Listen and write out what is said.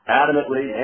adamantly